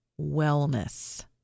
wellness